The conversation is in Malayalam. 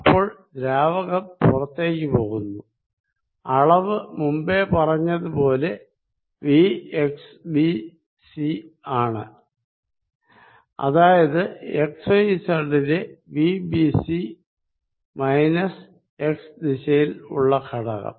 അപ്പോൾ ദ്രാവകം പുറത്തേക്ക് പോകുന്നു അളവ് മുമ്പേ പറഞ്ഞതുപോലെ Vx bc ആണ് അതായത് xyzലെVbc മൈനസ് x ദിശയിൽ ഉള്ള ഘടകം